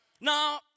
Now